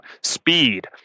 speed